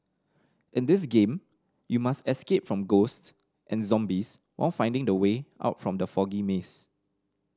in this game you must escape from ghost and zombies while finding the way out from the foggy maze